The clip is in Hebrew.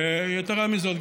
יתרה מזאת,